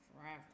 forever